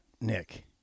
Nick